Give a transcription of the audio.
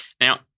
Now